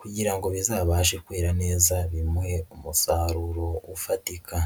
kugira ngo bizabashe kwera neza bimuhe umusaruro ufatika.